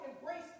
embrace